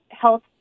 health